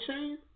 chain